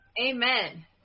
Amen